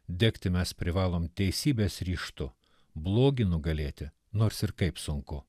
degti mes privalom teisybės ryžtu blogį nugalėti nors ir kaip sunku